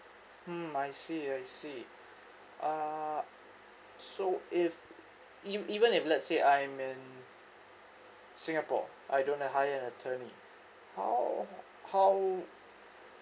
hmm I see I see ah so if even even if lets say I'm in singapore I don't want to hire an attorney how how